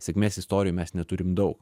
sėkmės istorijų mes neturim daug